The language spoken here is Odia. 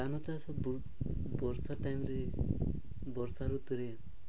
ଧାନ ଚାଷ ବହୁତ ବର୍ଷା ଟାଇମରେ ବର୍ଷା ଋତୁରେ